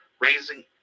raising